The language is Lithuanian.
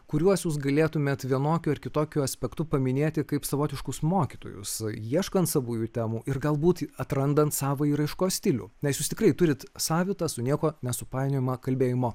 kuriuos jūs galėtumėt vienokiu ar kitokiu aspektu paminėti kaip savotiškus mokytojus ieškant savųjų temų ir galbūt atrandant savąjį raiškos stilių nes jūs tikrai turit savitą su niekuo nesupainiojamą kalbėjimo